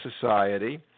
society